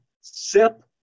sip